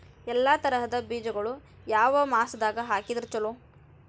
ಎಲ್ಲಾ ತರದ ಬೇಜಗೊಳು ಯಾವ ಮಾಸದಾಗ್ ಹಾಕಿದ್ರ ಛಲೋ?